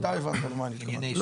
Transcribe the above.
אתה הבנת למה אני מתכוון.